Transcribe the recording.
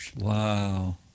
Wow